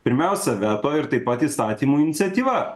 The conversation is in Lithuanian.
pirmiausia veto ir taip pat įstatymų iniciatyva